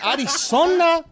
Arizona